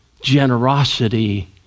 generosity